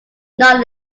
not